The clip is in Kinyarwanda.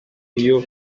iyo